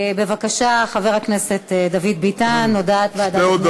בבקשה, חבר הכנסת דוד ביטן, הודעת ועדת הכנסת.